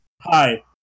Hi